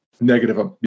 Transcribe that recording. negative